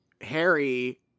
harry